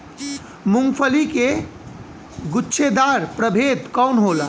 मूँगफली के गुछेदार प्रभेद कौन होला?